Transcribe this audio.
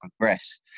progress